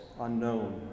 unknown